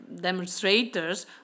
demonstrators